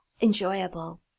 enjoyable